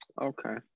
Okay